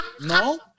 No